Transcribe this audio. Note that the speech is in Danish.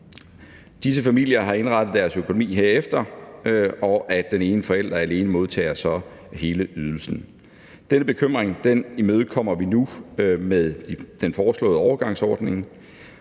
Disse familier har indrettet deres økonomi herefter, og den ene forælder modtager så alene hele ydelsen. Den bekymring imødekommer vi nu med den foreslåede overgangsordning.